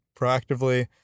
proactively